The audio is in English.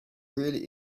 really